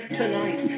tonight